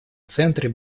центре